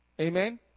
Amen